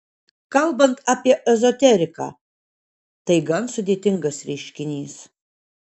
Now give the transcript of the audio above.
kalbant apie ezoteriką tai gan sudėtingas reiškinys